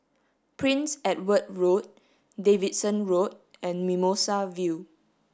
Prince Edward Road Davidson Road and Mimosa View